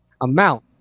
amount